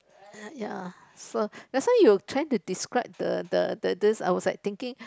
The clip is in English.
ya so that's why you trying to describe the the this I was like thinking